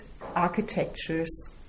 architectures